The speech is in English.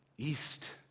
East